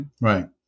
Right